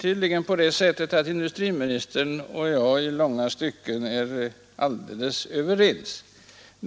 Herr talman! Industriministern och jag är tydligen i långa stycken helt överens.